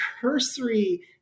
cursory